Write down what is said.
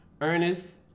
Ernest